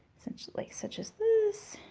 essentially. such as this,